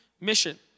mission